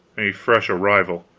a fresh arrival.